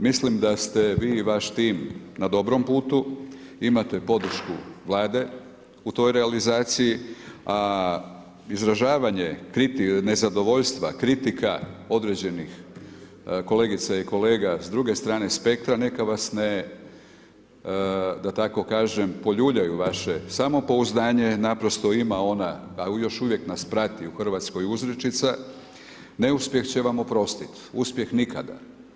Mislim da ste vi i vaš tim na dobrom putu, imate podršku Vlade u toj realizaciji a izražavanje nezadovoljstva, kritika određenih kolegica i kolega s druge strane spektra neka vas ne, da tako kažem poljuljaju vaše samopouzdanje, naprosto ima ona a još uvijek nas prati u Hrvatskoj uzrečica neuspjeh će vam oprostiti, uspjeh nikada.